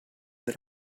that